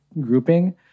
grouping